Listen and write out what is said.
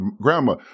Grandma